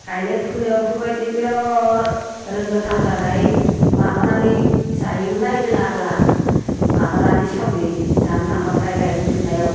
गायनाय फुनायावथ' बेबायदिनो बेराद रोंगोथामसाजोहाय माबानानै जायोमोनहाय जों आगोला माबानानै सावरि जानो थांबाथाय गायनाय फुनायाव